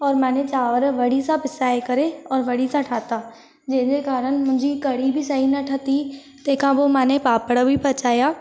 और माने चांवर वड़ी सां पिसाए करे और वड़ी सां ठाता जंहिंजे कारण मुंहिंजी कढ़ी सही न ठती तंहिंखां पोइ माने पापड़ बि पचाया